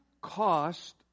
cost